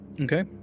Okay